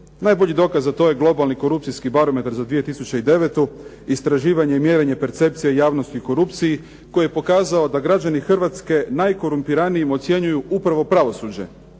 Najbolji dokaz za to je globalni korupcijski barometar za 2009., istraživanje i mjerenje percepcije javnosti o korupciji koji je pokazao da građani Hrvatske najkorumpiranijim ocjenjuju upravo pravosuđe,